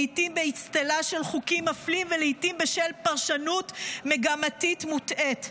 לעיתים באצטלה של חוקים מפלים ולעיתים בשל פרשנות מגמתית מוטעית.